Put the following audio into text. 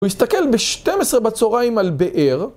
הוא יסתכל ב-12 בצהריים על באר.